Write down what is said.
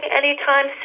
anytime